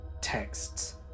texts